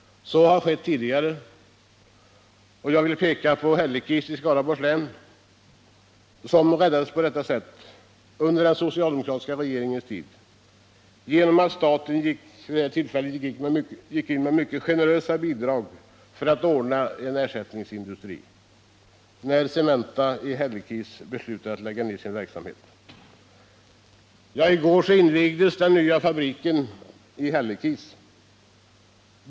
Så har skett tidigare. Jag vill i det sammanhanget peka på att Hällekis i Skaraborg räddades på detta sätt under den socialdemokratiska regeringens tid. Staten gick i det fallet in med mycket generösa bidrag för att ordna en ersättningsindustri när Cementa beslutade att lägga ned sin verksamhet i Hällekis. I går invigdes den nya fabriken i Hällekis.